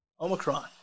Omicron